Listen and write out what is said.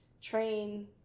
train